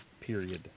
period